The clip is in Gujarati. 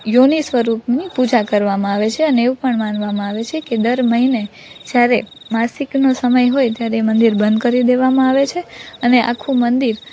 યોનિ સ્વરૂપની પૂજા કરવામાં આવે છે અને એવું પણ માનવામાં આવે છે કે દર મહિને જ્યારે માસિકનો સમય હોય ત્યારે એ મંદિર બંધ કરી દેવામાં આવે છે અને આખું મંદિર